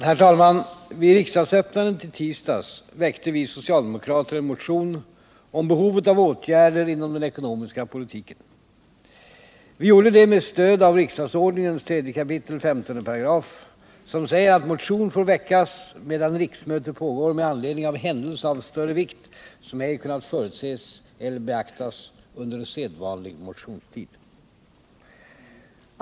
Herr talman! Vid riksmötets öppnande i tisdags väckte vi socialdemokrater en motion om behovet av åtgärder inom den ekonomiska politiken. Vi gjorde det med stöd av riksdagsordningens 3 kap. 15 §, som säger att motion får väckas medan riksmöte pågår med anledning av händelse av större vikt som ej kunnat förutses eller beaktas under sedvanlig motionstid.